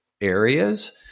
areas